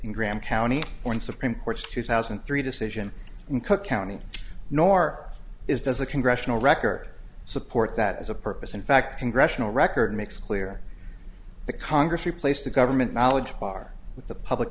in graham county or in supreme court's two thousand and three decision in cook county nor is does the congressional record support that as a purpose in fact congressional record makes clear the congress replaced the government knowledge bar with the public